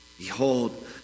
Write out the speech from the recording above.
Behold